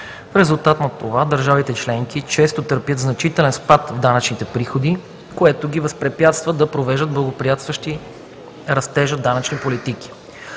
резултат на това държавите членки често търпят значителен спад в данъчните приходи, което ги възпрепятства да провеждат благоприятстващи растежа данъчни политики.